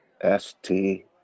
S-T